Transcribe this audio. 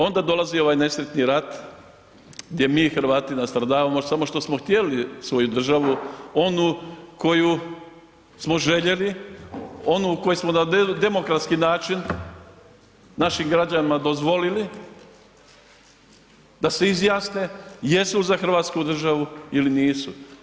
Onda dolazi ovaj nesretni rat gdje mi Hrvati nastradavamo samo što smo htjeli svoju državu, onu koju smo željeli, onu koju smo na demokratski način našim građanima dozvolili da se izjasne jesu za hrvatsku državu ili nisu.